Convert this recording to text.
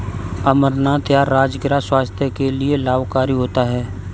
अमरनाथ या राजगिरा स्वास्थ्य के लिए लाभकारी होता है